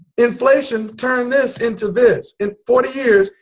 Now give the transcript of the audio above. inflation turned this into this and forty years,